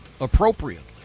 Appropriately